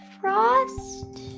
Frost